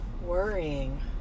worrying